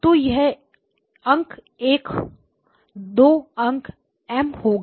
तो यह अंक एक अंक दो अंक एम होगा